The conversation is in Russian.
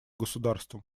государством